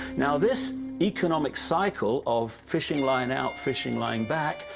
now this economic cycle of fishing line out, fishing line back,